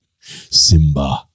Simba